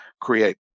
create